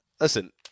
Listen